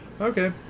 Okay